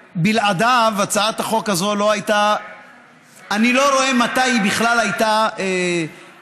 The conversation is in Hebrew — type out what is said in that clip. שבלעדיו אני לא רואה מתי הצעת החוק הזאת בכלל הייתה עוברת.